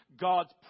God's